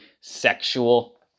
sexual